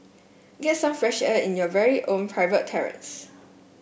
get some fresh air in your very own private terrace